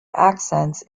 accents